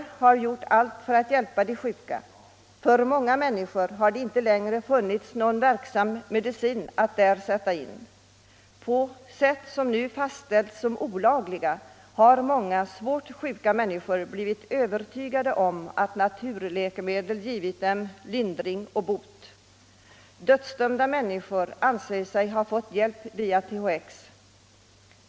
Det är nu fråga om människor för vilka läkarna gjort allt vad de kunnat. Det har inte längre funnits någon verksam medicin att sätta in. De sjuka människorna har då sökt hjälp genom att pröva s.k. naturläkemedel, vilket nu betecknas som olagligt. De har också blivit övertygade om, att naturläkemedlen gett dem lindring och bot. T. o. m. dödsdömda människor anser sig ha fått hjälp via THX.